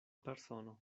persono